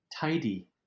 tidy